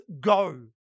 go